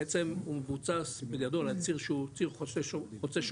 בעצם הוא בוצע בגדול על ציר שהוא ציר חוצה שומרון,